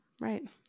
Right